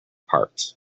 parts